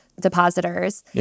depositors